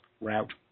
route